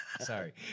Sorry